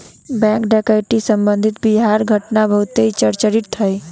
bank डकैती से संबंधित बिहार के घटना बहुत ही चर्चित हई